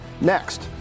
next